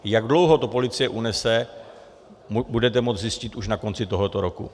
Jak dlouho to policie unese, budete moci zjistit už na konci tohoto roku.